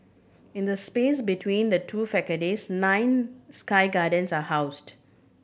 in the space between the two facades nine sky gardens are housed